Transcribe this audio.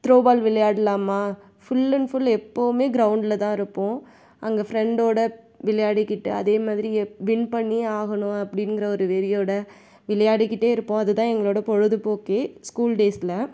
throwball விளையாடலாமா full and full எப்பவுமே கிரௌண்டில் தான் இருப்போம் அங்கே ஃப்ரெண்டோடு விளையாடிக்கிட்டு அதேமாதிரியே வின் பண்ணியே ஆகணும் அப்படிங்கிற ஒரு வெறியோடு விளையாடிக்கிட்டே இருப்போம் அதுதான் எங்களோடய பொழுதுப்போக்கே ஸ்கூல் டேஸில்